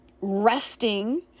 resting